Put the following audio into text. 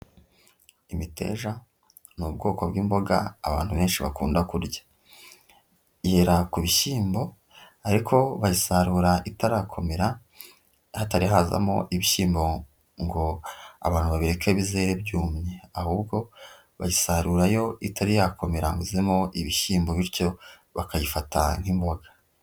Imiteja ni ubwoko bw'imboga abantu benshi bakunda kurya, yera ku bishyimbo ariko bayisarura itarakomera, hatari hazamo ibishyimbo ngo abantu babireke bizere byumye, ahubwo bayisarura yo itari yakomera ngo izemo ibishyimbo bityo bakayifata nk'imboga.